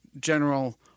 general